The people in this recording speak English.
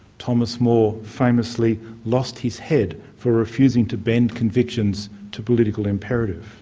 thomas more famously lost his head for refusing to bend convictions to political imperative.